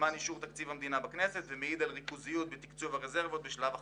אישור תקציב המדינה בכנסת ומעיד על ריכוזיות בתקצוב רזרבות בשלב החקיקה.